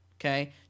Okay